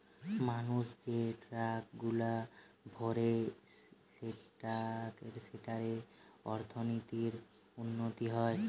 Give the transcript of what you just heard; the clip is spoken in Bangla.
মানুষ যে ট্যাক্সগুলা ভরে সেঠারে অর্থনীতির উন্নতি হয়